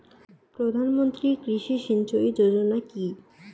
প্রধানমন্ত্রী কৃষি সিঞ্চয়ী যোজনা কি?